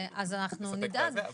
אז אנחנו נדון,